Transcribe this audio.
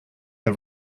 are